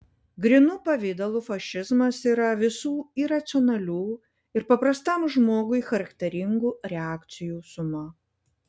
grynu pavidalu fašizmas yra visų iracionalių ir paprastam žmogui charakteringų reakcijų suma